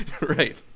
right